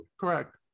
Correct